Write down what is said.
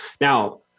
Now